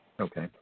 okay